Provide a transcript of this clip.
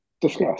Discuss